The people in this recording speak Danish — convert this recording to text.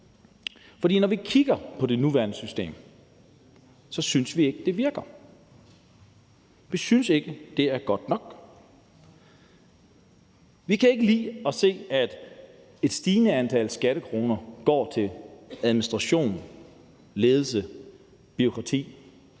for vi synes ikke, det nuværende system virker. Vi synes ikke, det er godt nok. Vi kan ikke lide at se, at et stigende antal skattekroner går til administration, ledelse, bureaukrati